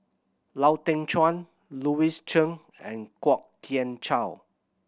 Lau Teng Chuan Louis Chen and Kwok Kian Chow